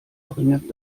dringend